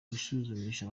bisuzumisha